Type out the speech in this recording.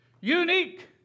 unique